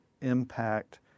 impact